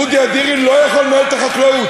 אודי אדירי לא יכול לנהל את החקלאות.